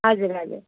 हजुर हजुर